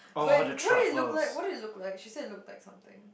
but what did it look like what did it look like she said it looked like something